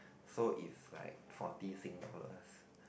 so it's like forty sing dollars